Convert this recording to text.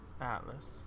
Atlas